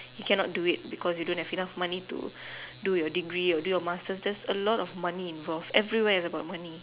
you cannot do it because you don't have enough money to do your degree or do your masters there's a lot of money involved everywhere is about money